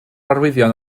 arwyddion